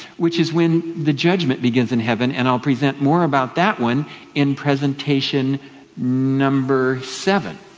which is when the judgment begins in heaven, and i'll present more about that one in presentation number seven.